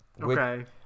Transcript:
Okay